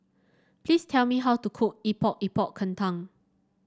please tell me how to cook Epok Epok Kentang